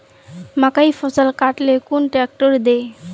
मकईर फसल काट ले कुन ट्रेक्टर दे?